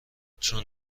چون